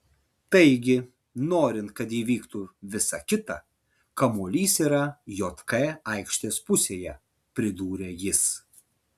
taigi norint kad įvyktų visa kita kamuolys yra jk aikštės pusėje pridūrė jis